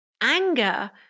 anger